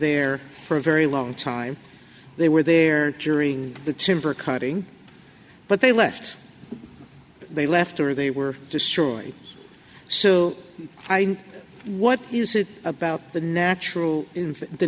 there for a very long time they were there during the timber cutting but they left they left or they were destroyed so what is it about the natural the